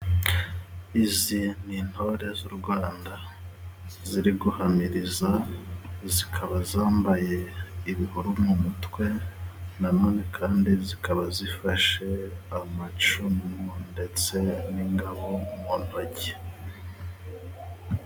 Izi ni intore z'u Rwanda, ziri guhamiriza zikaba zambaye imigara mu mutwe, na none kandi zikaba zifashe amacumu ndetse n'ingabo mu ntoki.